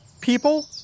people